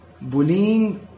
bullying